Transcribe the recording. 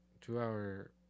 Two-hour